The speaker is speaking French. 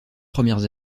premières